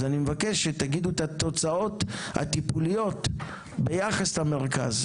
אז אני מבקש שתגידו את התוצאות הטיפוליות ביחס למרכז,